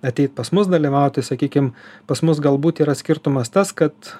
ateit pas mus dalyvauti sakykim pas mus galbūt yra skirtumas tas kad